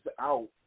out